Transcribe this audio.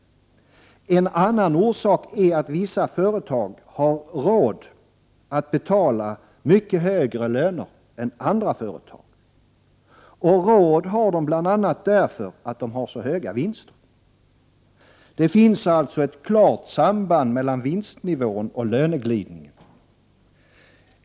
En annan orsak är att vissa företag har råd att betala mycket högre löner än andra företag. Och råd har de bl.a. därför att de har så höga vinster. Det finns alltså ett klart samband mellan vinstnivån och löneglidningen.